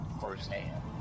firsthand